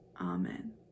Amen